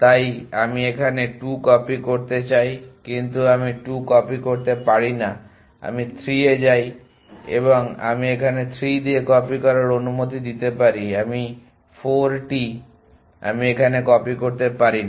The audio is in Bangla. তাই আমি এখানে 2 কপি করতে চাই কিন্তু আমি 2 কপি করতে পারি না আমি 3 এ যাই এবং আমি এখানে 3 দিয়ে কপি করার অনুমতি দিতে পারি আর 4টি আমি এখানে কপি করতে পারি না